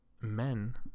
men